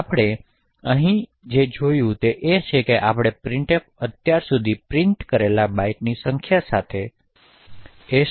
તેથી આપણે અહીં જે જોયું છે તે છે કે આપણે પ્રિન્ટફે અત્યાર સુધી પ્રિન્ટ કરેલા બાઇટ્સની સંખ્યા સાથે s ની કિંમત બદલી શક્યા છે